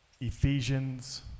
Ephesians